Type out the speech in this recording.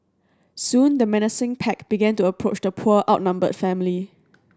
soon the menacing pack began to approach the poor outnumbered family